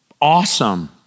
awesome